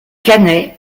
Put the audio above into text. canet